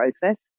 process